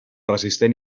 resistent